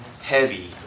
heavy